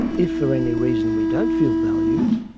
if for any reason we don't feel valued,